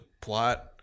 plot